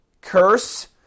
curse